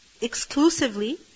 exclusively